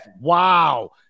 Wow